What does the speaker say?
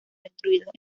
destruidos